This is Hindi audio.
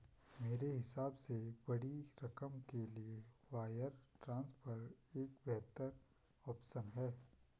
मेरे हिसाब से बड़ी रकम के लिए वायर ट्रांसफर एक बेहतर ऑप्शन है